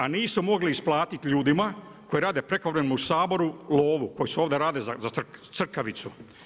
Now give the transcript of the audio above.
A nisu mogli isplatiti ljudima koji rade prekovremeno u Saboru lovu koji ovdje rade za crkavicu.